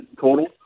total